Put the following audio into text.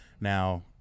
Now